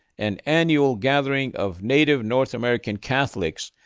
an annual gathering of native north american catholics,